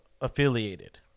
affiliated